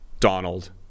donald